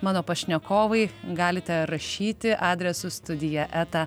mano pašnekovai galite rašyti adresu studija eta